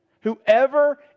whoever